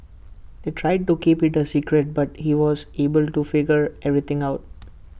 they tried to keep IT A secret but he was able to figure everything out